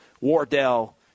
wardell